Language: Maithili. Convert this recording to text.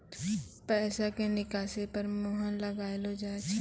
पैसा के निकासी पर मोहर लगाइलो जाय छै